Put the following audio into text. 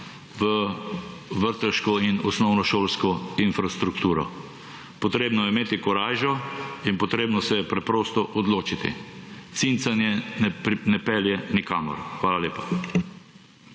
v vrtčevsko in osnovnošolsko infrastrukturo. Potrebno je imeti korajžo in potrebno se je preprosto odločiti. Cincanje ne pelje nikamor. Hvala lepa.